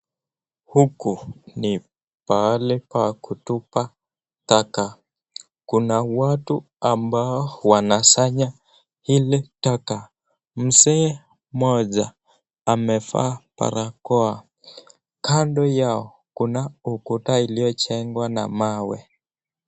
Huku ni pahali pa kutupa taka, kuna watu ambao wanasanya hili taka. Mzee mmoja amevaa barakoa, kando yao kuna ukuta uliyojengwa na mawe.